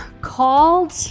called